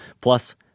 Plus